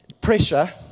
pressure